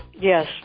Yes